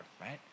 right